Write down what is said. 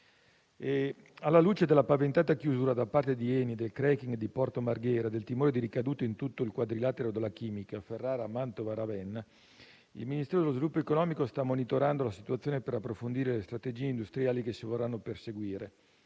Alla luce della paventata chiusura da parte di ENI del *cracking* di Porto Marghera, del timore di ricadute in tutto il quadrilatero della chimica, che include Ferrara, Mantova e Ravenna, il Ministero dello sviluppo economico sta monitorando la situazione per approfondire le strategie industriali che si vorranno perseguire